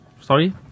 Sorry